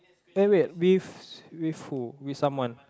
eh wait with with who with someone